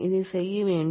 இதைச் செய்ய வேண்டும்